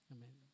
Amen